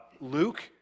Luke